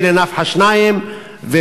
בכלא "נפחא" שניים,